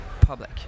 public